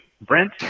Brent